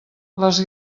les